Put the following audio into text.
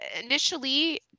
initially